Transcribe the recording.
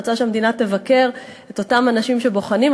אני רוצה שהמדינה תבקר את אותם אנשים שבוחנים,